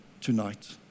tonight